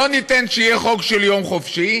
לא ניתן שיהיה חוק של יום חופשי,